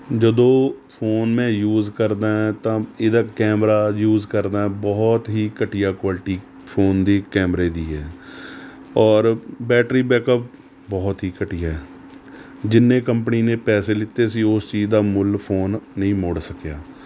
ਜਦੋਂ ਫ਼ੋਨ ਮੈਂ ਯੂਸ ਕਰਦਾ ਤਾਂ ਇਹਦਾ ਕੈਮਰਾ ਯੂਸ ਕਰਦਾ ਬਹੁਤ ਹੀ ਘਟੀਆ ਕੁਆਲਿਟੀ ਫ਼ੋਨ ਦੀ ਕੈਮਰੇ ਦੀ ਹੈ ਔਰ ਬੈਟਰੀ ਬੈਕਅੱਪ ਬਹੁਤ ਹੀ ਘਟੀਆ ਹੈ ਜਿੰਨੇ ਕੰਪਨੀ ਨੇ ਪੈਸੇ ਲਿਤੇ ਸੀ ਉਸ ਚੀਜ਼ ਦਾ ਮੁੱਲ ਫ਼ੋਨ ਨਹੀਂ ਮੋੜ ਸਕਿਆ